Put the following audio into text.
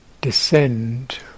descend